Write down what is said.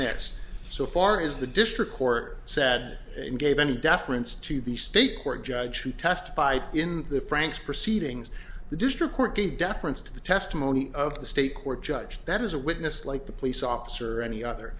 this so far as the district court said and gave any deference to the state court judge who testified in the frank's proceedings the district court gave deference to the testimony of the state court judge that is a witness like the police officer or any other